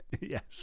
Yes